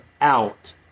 out